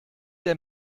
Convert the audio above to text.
der